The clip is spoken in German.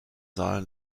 saal